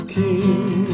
king